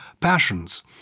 passions